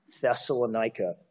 Thessalonica